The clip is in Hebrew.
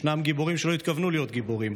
יש גיבורים שלא התכוונו להיות גיבורים,